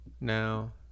now